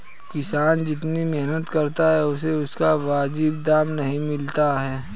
किसान जितनी मेहनत करता है उसे उसका वाजिब दाम नहीं मिलता है